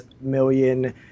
million